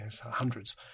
hundreds